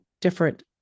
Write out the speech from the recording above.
different